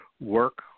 work